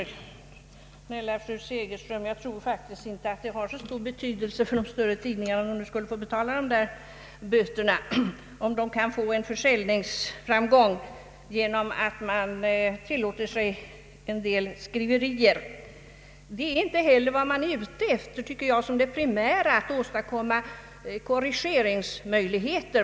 Snälla fru Segerstedt Wiberg, jag tror faktiskt inte det har så stor betydelse för de större tidningarna om de skulle betala dessa böter, om de kan få väsentlig försäljningsframgång genom att tillåta sig en del skriverier. Det primära är för övrigt inte att åstadkomma korrigeringsregler.